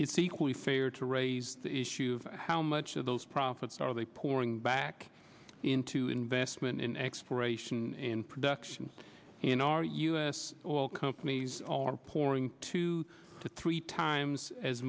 it's equally fair to raise the issue of how much of those profits are they pouring back into investment in exploration and production in our u s oil companies are pouring two to three times as